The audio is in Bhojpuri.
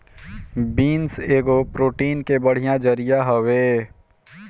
बीन्स एगो प्रोटीन के बढ़िया जरिया हवे